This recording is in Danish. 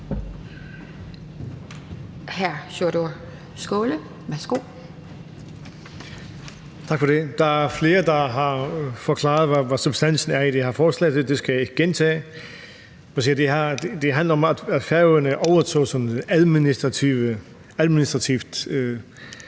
Der er flere, der har forklaret, hvad substansen i det her forslag er, så det skal jeg ikke gentage. Jeg vil bare sige, at det handler om, at Færøerne administrativt